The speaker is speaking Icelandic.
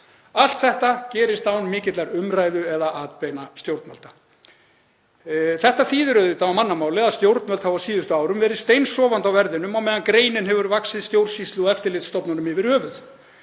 Allt þetta gerist án mikillar umræðu eða atbeina stjórnvalda. Þetta þýðir auðvitað á mannamáli að stjórnvöld hafa á síðustu árum verið steinsofandi á verðinum á meðan greinin hefur vaxið stjórnsýslu og eftirlitsstofnunum yfir höfuð.